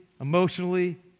emotionally